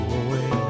away